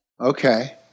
okay